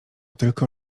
tylko